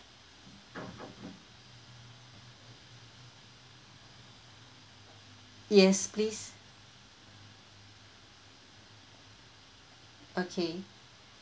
yes please okay